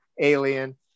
Alien